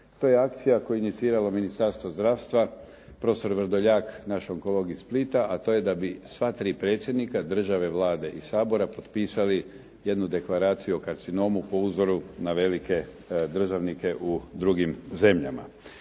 To je akcija koju je iniciralo Ministarstvo zdravstva, prof. Vrdoljak naš onkolog iz Splita, a to je da bi sva tri predsjednika, države, Vlade i Sabora potpisali jednu deklaraciju o karcinomu po uzoru na velike državnike u drugim zemljama.